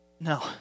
No